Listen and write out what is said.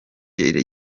gihe